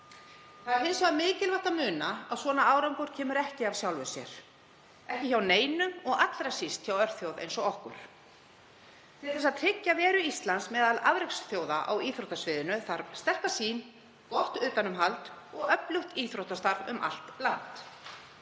Það er hins vegar mikilvægt að muna að svona árangur kemur ekki af sjálfu sér, ekki hjá neinum og allra síst hjá örþjóð eins og okkur. Til að tryggja veru Íslands meðal afreksþjóða á íþróttasviðinu þarf sterka sýn, gott utanumhald og öflugt íþróttastarf um allt land.